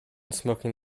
smoking